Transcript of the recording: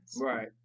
right